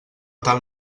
tant